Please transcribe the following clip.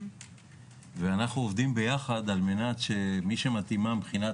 אנחנו עובדים ביחד על מנת שמי שמתאימה מבחינת